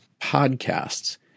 podcasts